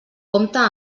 compte